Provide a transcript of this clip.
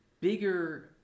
bigger